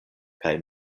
kaj